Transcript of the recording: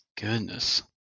Goodness